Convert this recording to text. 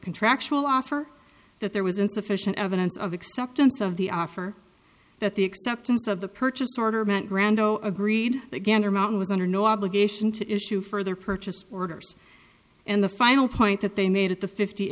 contractual offer that there was insufficient evidence of acceptance of the offer that the acceptance of the purchase order meant brando agreed that gander mountain was under no obligation to issue further purchase orders and the final point that they made at the fifty